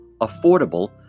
affordable